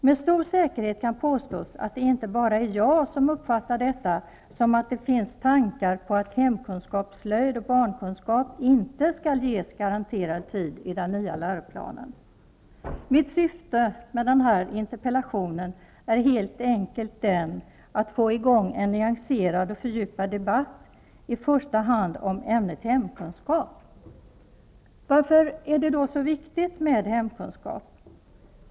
Med stor säkerhet kan påstås att det inte bara är jag som uppfattat detta som att det finns tankar på att hemkunskap, slöjd och barnkunskap inte skall ges garanterad tid i den nya läroplanen. Mitt syfte med denna interpellation är helt enkelt att få i gång en nyanserad och fördjupad debatt i första hand om ämnet hemkunskap. Varför är det då så viktigt med hemkunskap?